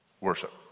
Worship